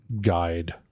guide